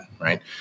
right